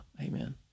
amen